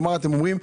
אתם אומרים: